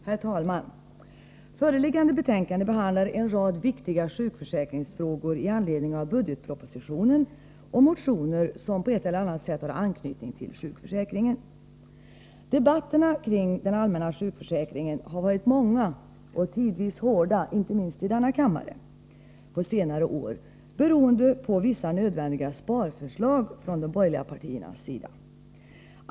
Herr talman! Föreliggande betänkande behandlar en rad viktiga sjukförsäkringsfrågor i anledning av budgetpropositionen och motioner som på ett eller annat sätt har anknytning till sjukförsäkringen. Debatterna kring den allmänna sjukförsäkringen har varit många — och tidvis hårda, inte minst i denna kammare — på senare år beroende på vissa nödvändiga sparförslag från de borgerliga partiernas sida.